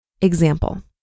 Example